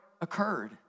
occurred